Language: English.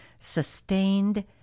sustained